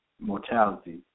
mortality